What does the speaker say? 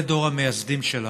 זה דור המייסדים שלנו.